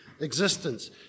existence